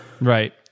Right